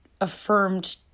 affirmed